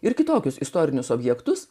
ir kitokius istorinius objektus